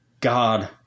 God